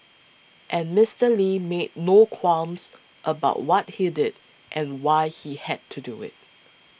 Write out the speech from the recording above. and Mister Lee made no qualms about what he did and why he had to do it